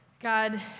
God